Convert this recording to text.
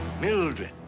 Mildred